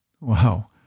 Wow